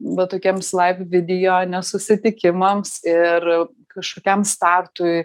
va tokiems laiv video ane susitikimams ir kažkokiam startui